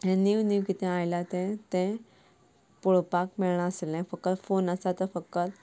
हें नीव नीव किदें आयलां तें तें पळोपाक मेळनासलें फकत फोन आसा तो फकत